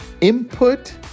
input